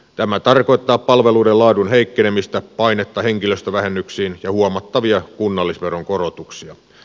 tämä tarkoittaa palveluiden laadun heikkenemistä painetta henkilöstövähennyksiin ja huomattavia kunnallisveron korotuksia